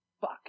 Fuck